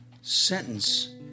sentence